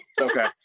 Okay